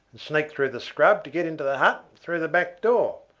and sneaked through the scrub to get into the hut through the back door,